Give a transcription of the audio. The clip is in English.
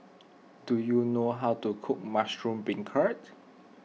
do you know how to cook Mushroom Beancurd